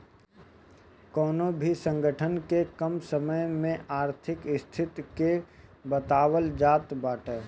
कवनो भी संगठन के कम समय में आर्थिक स्थिति के बतावल जात बाटे